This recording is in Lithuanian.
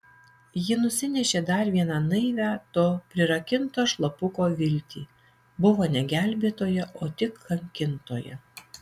ji nusinešė dar vieną naivią to prirakinto šlapuko viltį buvo ne gelbėtoja o tik kankintoja